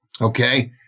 okay